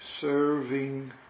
serving